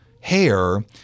hair